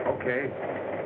Okay